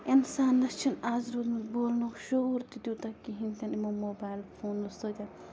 اِنسانَس چھُنہٕ آز روٗدمُت بولنُک شعوٗر تہِ تیوٗتاہ کِہیٖنۍ تہِ نہٕ یِمو موبایل فونو سۭتۍ